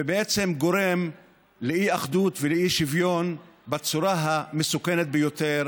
ובעצם גורם לאי-אחדות ולאי-שוויון בצורה המסוכנת ביותר